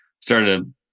started